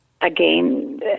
Again